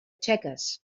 txeques